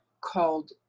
called